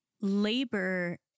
labor